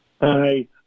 Hi